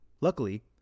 Luckily